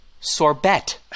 Sorbet